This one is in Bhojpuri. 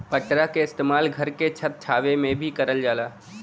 पटरा के इस्तेमाल घर के छत छावे में भी करल जाला